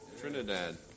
Trinidad